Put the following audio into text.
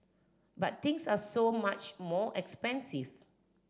but things are so much more expensive